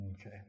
Okay